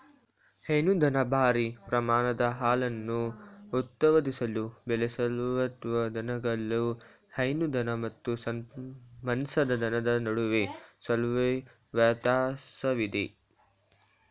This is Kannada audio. ಹೈನುದನ ಭಾರೀ ಪ್ರಮಾಣದ ಹಾಲನ್ನು ಉತ್ಪಾದಿಸಲು ಬೆಳೆಸಲ್ಪಟ್ಟ ದನಗಳು ಹೈನು ದನ ಮತ್ತು ಮಾಂಸದ ದನದ ನಡುವೆ ಸ್ವಲ್ಪವೇ ವ್ಯತ್ಯಾಸವಿದೆ